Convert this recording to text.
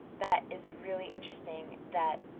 that is really interesting that